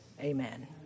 Amen